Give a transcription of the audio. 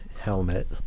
helmet